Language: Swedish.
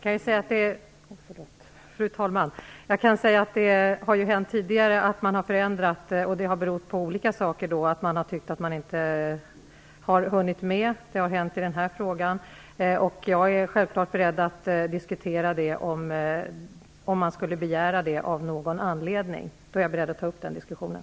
Fru talman! Det har ju tidigare hänt att man har förändrat remisstiden, vilket har haft olika orsaker. Man har tyckt att man inte har hunnit, som har varit fallet i den här frågan. Jag är självfallet beredd att diskutera en ändring av remisstiden, om man av någon anledning skulle begära det. I så fall är jag beredd att ta upp diskussionen.